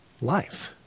life